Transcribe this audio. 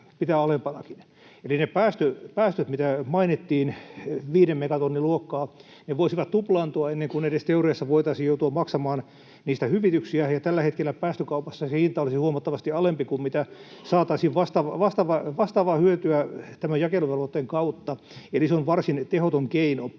päästöt, mitä mainittiin — viiden megatonnin luokkaa — voisivat tuplaantua ennen kuin edes teoriassa voitaisiin joutua maksamaan niistä hyvityksiä. Tällä hetkellä päästökaupassa hinta olisi huomattavasti alempi kuin mitä vastaavaa hyötyä saataisiin tämän jakeluvelvoitteen kautta, eli se on varsin tehoton keino.